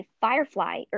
firefly